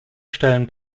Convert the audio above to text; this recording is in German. stellen